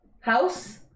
house